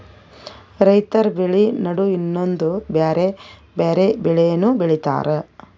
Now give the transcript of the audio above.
ರೈತರ್ ಬೆಳಿ ನಡು ಇನ್ನೊಂದ್ ಬ್ಯಾರೆ ಬ್ಯಾರೆ ಬೆಳಿನೂ ಬೆಳಿತಾರ್